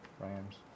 Rams